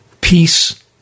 Peace